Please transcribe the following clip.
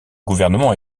gouvernement